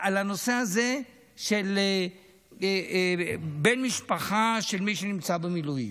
הנושא הזה של בן משפחה של מי שנמצא במילואים,